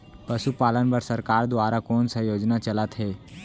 पशुपालन बर सरकार दुवारा कोन स योजना चलत हे?